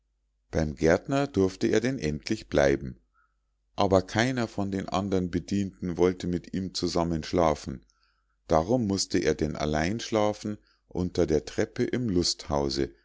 beim gärtner durfte er denn endlich bleiben aber keiner von den andern bedienten wollte mit ihm zusammenschlafen darum mußte er denn allein schlafen unter der treppe im lusthause